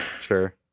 sure